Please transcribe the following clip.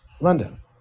London